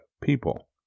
people